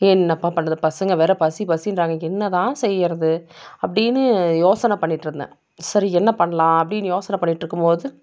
என்னப்பா பண்ணுறது பசங்கள் வேறு பசி பசிகிறாங்க என்ன தான் செய்கிறது அப்படின்னு யோசனை பண்ணிகிட்டு இருந்தேன் சரி என்ன பண்ணலாம் அப்படின்னு யோசனை பண்ணிகிட்டு இருக்கும்போது